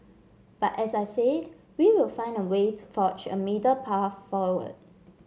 but as I say we will find a way to forge a middle path forward